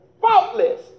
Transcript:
faultless